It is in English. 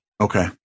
Okay